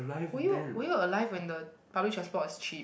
were you were you alive when the public transport is cheap